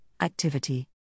activity